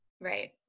Right